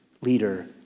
leader